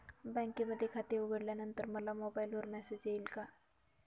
बँकेमध्ये खाते उघडल्यानंतर मला मोबाईलवर मेसेज येईल का?